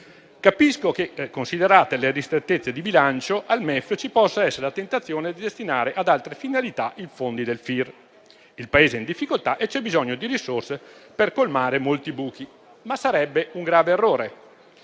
Capisco che, considerate le ristrettezze di bilancio, al MEF ci possa essere la tentazione di destinare ad altre finalità i fondi del FIR: il Paese è in difficoltà e c'è bisogno di risorse per colmare molti buchi. Ma sarebbe un grave errore.